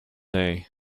day